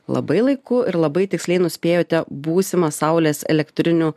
labai laiku ir labai tiksliai nuspėjote būsimą saulės elektrinių